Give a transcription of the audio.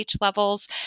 levels